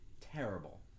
Terrible